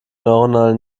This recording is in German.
neuronale